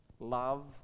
Love